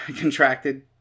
contracted